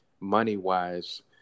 money-wise